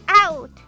Out